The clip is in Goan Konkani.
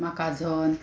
माकाजन